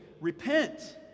repent